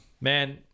Man